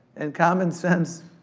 and common sense,